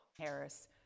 Harris